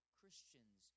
Christians